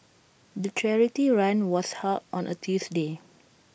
the charity run was held on A Tuesday